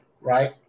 right